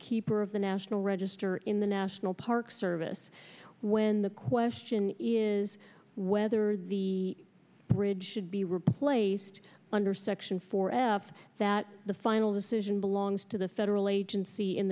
keeper of the national register in the national park service when the question is whether the bridge should be replaced under section four after that the final decision belongs to the federal agency in